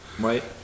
right